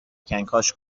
کنکاش